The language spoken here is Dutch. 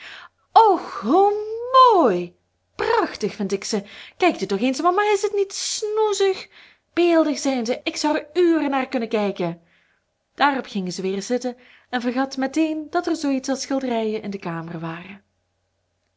och hoe mooi prachtig vind ik ze kijkt u toch eens mama is dat niet snoezig beeldig zijn ze ik zou er uren naar kunnen kijken daarop ging ze weer zitten en vergat meteen dat er zooiets als schilderijen de kamer waren